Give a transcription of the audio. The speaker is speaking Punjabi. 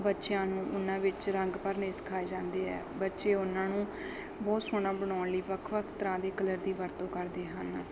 ਬੱਚਿਆਂ ਨੂੰ ਉਹਨਾਂ ਵਿੱਚ ਰੰਗ ਭਰਨੇ ਸਿਖਾਏ ਜਾਂਦੇ ਹੈ ਬੱਚੇ ਉਹਨਾਂ ਨੂੰ ਬਹੁਤ ਸੋਹਣਾ ਬਣਾਉਣ ਲਈ ਵੱਖ ਵੱਖ ਤਰ੍ਹਾਂ ਦੇ ਕਲਰ ਦੀ ਵਰਤੋਂ ਕਰਦੇ ਹਨ